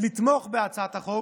לתמוך בהצעת החוק,